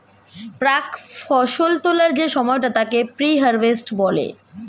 প্রাক্ ফসল তোলার যে সময়টা তাকে প্রি হারভেস্ট বলে